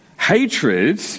Hatred